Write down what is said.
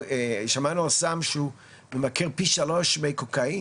שמענו על סם שממכר פי שלוש מקוקאין.